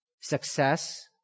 success